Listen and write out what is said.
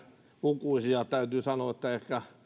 lukuisia ja täytyy sanoa että ehkä